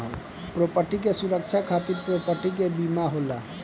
property के सुरक्षा खातिर प्रॉपर्टी के बीमा होला